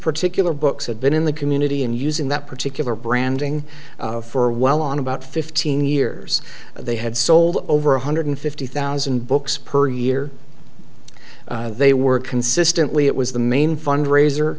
particular books had been in the community and using that particular branding for well on about fifteen years they had sold over one hundred fifty thousand books per year they were consistently it was the main fundraiser